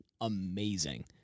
amazing